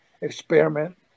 experiment